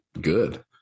good